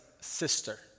sister